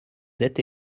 êtes